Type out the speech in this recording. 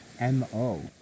MO